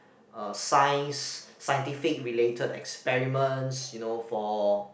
uh science scientific related experiments you know for